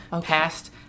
Past